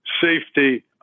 safety